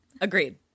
Agreed